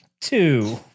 Two